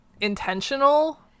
intentional